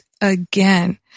again